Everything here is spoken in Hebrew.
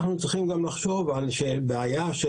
אנחנו צריכים גם לחשוב על בעיה של